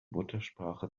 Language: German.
muttersprache